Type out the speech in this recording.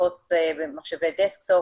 פחות במחשבי דסקטופ